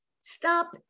Stop